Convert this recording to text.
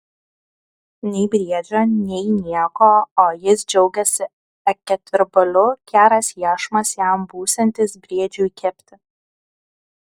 nei briedžio nei nieko o jis džiaugiasi akėtvirbaliu geras iešmas jam būsiantis briedžiui kepti